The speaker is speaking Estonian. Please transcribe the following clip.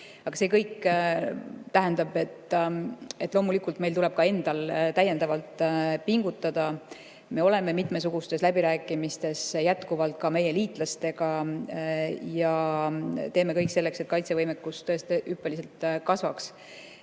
aga see kõik tähendab, et loomulikult meil tuleb ka endal veel pingutada. Me oleme mitmesugustes läbirääkimistes jätkuvalt ka meie liitlastega ja teeme kõik selleks, et kaitsevõimekus tõesti hüppeliselt kasvaks.